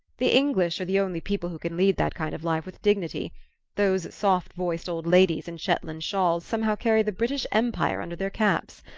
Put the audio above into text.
the english are the only people who can lead that kind of life with dignity those soft-voiced old ladies in shetland shawls somehow carry the british empire under their caps.